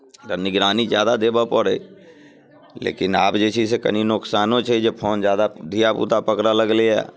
तऽ निगरानी ज्यादा देबय पड़ै लेकिन आब जे छै से कनि नोकसानो छै जे फोन ज्यादा धियापुता पकड़ऽ लगलैए